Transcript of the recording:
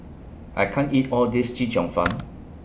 I can't eat All This Chee Cheong Fun